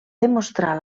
demostrar